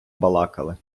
балакали